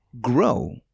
grow